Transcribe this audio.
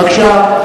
בבקשה.